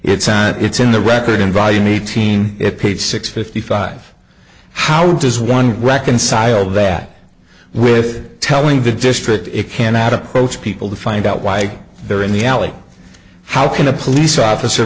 that it's in the record invite me team it paid six fifty five how does one reconcile that with telling the district it cannot approach people to find out why they're in the alley how can a police officer